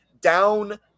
down